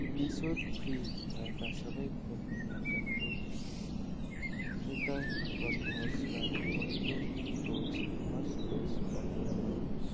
निःशुल्क फ्री भएका सबै खोप केन्द्रहरू फिल्टर गर्नुहोस् र पहिलो डोज फर्स्ट डोज प्रदान गर्नुहोस्